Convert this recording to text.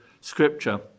scripture